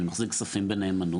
אני מחזיק כספים בנאמנות,